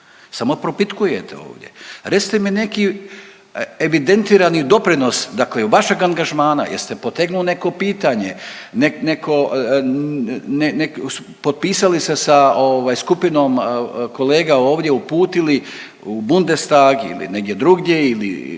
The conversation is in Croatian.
Samo propitkujete ovdje. Recite mi neki evidentirani doprinos dakle vašeg angažmana, jeste potegnuli neko pitanje nego, neki, potpisali se sa ovaj skupinom kolega ovdje, uputili u Bundestag ili negdje drugdje ili